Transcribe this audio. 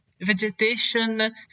vegetation